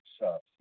shops